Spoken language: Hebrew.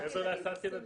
מעבר להסעת ילדים.